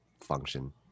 function